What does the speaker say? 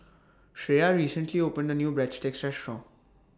Shreya recently opened A New Breadsticks Restaurant